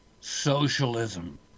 socialism